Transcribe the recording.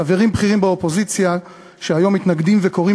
חברים בכירים באופוזיציה שהיום מתנגדים וקוראים